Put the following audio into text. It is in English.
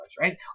right